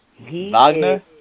Wagner